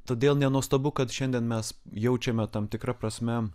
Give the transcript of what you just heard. todėl nenuostabu kad šiandien mes jaučiame tam tikra prasme